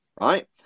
Right